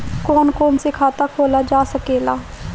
कौन कौन से खाता खोला जा सके ला?